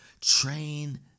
train